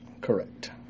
Correct